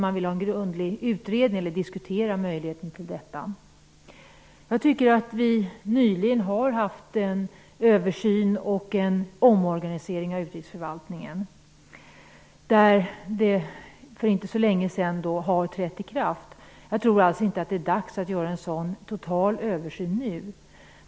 Man vill alltså diskutera möjligheten till en grundlig utredning av utrikesförvaltningen. Vi har nyligen genomfört en översyn och en omorganisering av utrikesförvaltningen, och detta har för inte så länge sedan trätt i kraft. Jag tror alltså inte att det nu är dags att genomföra en sådan total översyn.